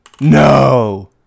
No